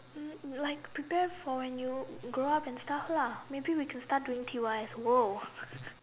like prepare for when you grow up and stuff lah maybe we can start doing T wife !whoa!